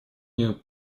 мне